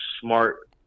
smart